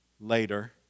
later